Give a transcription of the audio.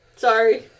Sorry